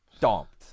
Stomped